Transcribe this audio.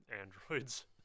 androids